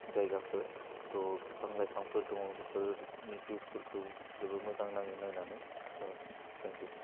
जायगाफोर थ' बिफां लाइफांफोर दङ बेफोरनि भिउसफोरखौ जोबोर मोजां नाङो नायनानै अह टेंकिउ